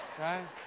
right